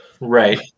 Right